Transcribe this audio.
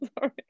sorry